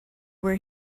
were